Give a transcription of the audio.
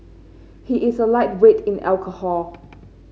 he is a lightweight in alcohol